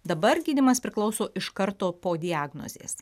dabar gydymas priklauso iš karto po diagnozės